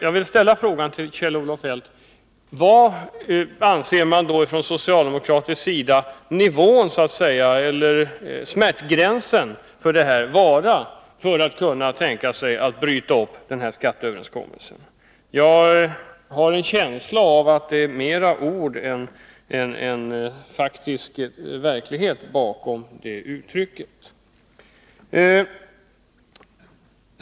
Jag vill ställa frågan till Kjell-Olof Feldt: Var anser man på socialdemokratisk sida att ”smärtgränsen” går för att man skall kunna tänka sig att bryta upp skatteöverenskommelsen? Jag har en känsla av att det inte finns så mycket faktisk verklighet bakom orden i det här fallet.